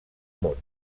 món